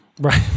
Right